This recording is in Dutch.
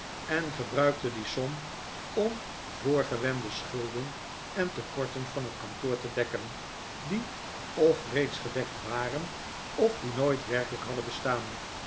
en gebruikte die som om voorgewende schulden en tekorten van het kantoor te dekken die of reeds gedekt waren of die nooit werkelijk hadden bestaan